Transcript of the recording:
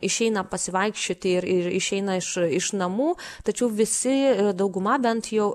išeina pasivaikščioti ir ir ir išeina iš iš namų tačiau visi dauguma bent jau